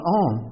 on